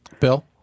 Bill